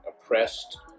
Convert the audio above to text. oppressed